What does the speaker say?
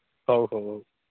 ହଉ ହଉ